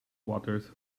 waters